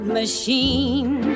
machine